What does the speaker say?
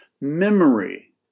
Memory